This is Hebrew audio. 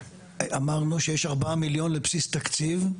אמרנו שיש 4 מיליון לבסיס תקציב.